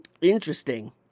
Interesting